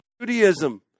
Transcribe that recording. Judaism